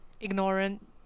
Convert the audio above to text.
ignorant